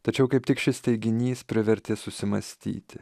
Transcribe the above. tačiau kaip tik šis teiginys privertė susimąstyti